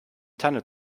tanne